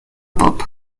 pop